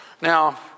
Now